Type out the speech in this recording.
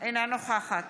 אינה נוכחת